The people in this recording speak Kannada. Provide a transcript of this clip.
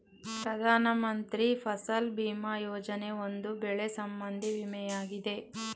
ಪ್ರಧಾನ ಮಂತ್ರಿ ಫಸಲ್ ಭೀಮಾ ಯೋಜನೆ, ಒಂದು ಬೆಳೆ ಸಂಬಂಧಿ ವಿಮೆಯಾಗಿದೆ